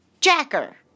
jacker